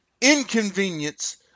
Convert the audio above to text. inconvenience